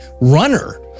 runner